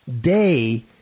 day